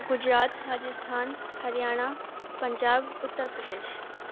Gujarat Rajasthan Haryana Punjab Uttar Pradesh